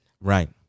Right